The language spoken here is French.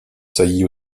saillie